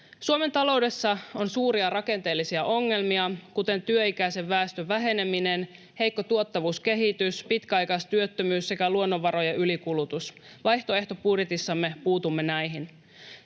Suomen taloudessa on suuria rakenteellisia ongelmia, kuten työikäisen väestön väheneminen, heikko tuottavuuskehitys, pitkäaikaistyöttömyys sekä luonnonvarojen ylikulutus. Vaihtoehtobudjetissamme puutumme näihin.